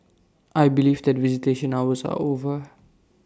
I believe that visitation hours are over